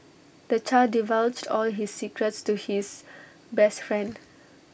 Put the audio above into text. the child divulged all his secrets to his best friend